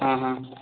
ହଁ ହଁ